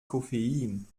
koffein